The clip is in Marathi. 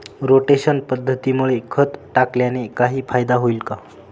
रोटेशन पद्धतीमुळे खत टाकल्याने काही फायदा होईल का?